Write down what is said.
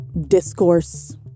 discourse